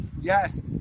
Yes